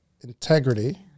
integrity